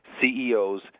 CEOs